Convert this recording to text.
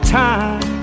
time